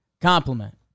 compliment